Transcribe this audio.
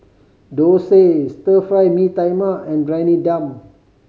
dosa Stir Fry Mee Tai Mak and Briyani Dum